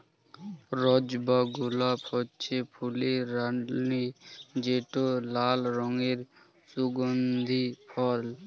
রজ বা গোলাপ হছে ফুলের রালি যেট লাল রঙের সুগল্ধি ফল